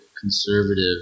conservative